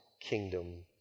kingdom